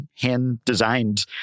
hand-designed